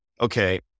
okay